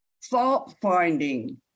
fault-finding